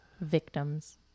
victims